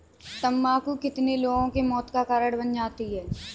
तम्बाकू कितने लोगों के मौत का कारण बन जाती है